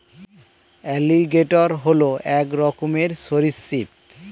alligator হল এক রকমের সরীসৃপ